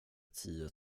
tio